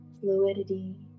fluidity